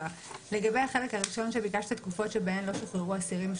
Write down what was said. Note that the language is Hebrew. לגבי החלק הראשון שביקשת תקופות שבהם לא שוחררו אסירים.